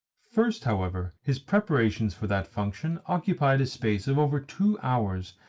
first, however, his preparations for that function occupied a space of over two hours,